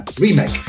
Remake